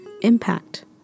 impact